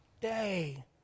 day